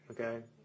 okay